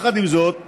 יחד עם זאת,